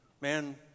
Man